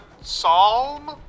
Psalm